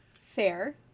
Fair